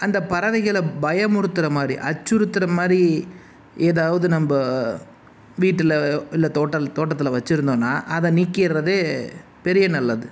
அந்த பறவைகளை பயமுறுத்துகிற மாதிரி அச்சுறுத்துகிற மாதிரி எதாவது நம்ப வீட்டில் இல்லை தோட்ட தோட்டத்தில் வச்சுருந்தோன்னா அதை நீக்கிட்றதே பெரிய நல்லது